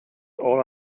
all